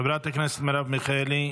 חברת הכנסת מרב מיכאלי,